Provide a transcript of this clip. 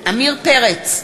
עמיר פרץ,